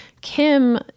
Kim